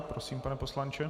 Prosím, pane poslanče.